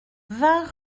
vingt